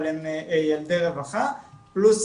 דבר טריוויאלי במדינת ישראל.